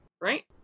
right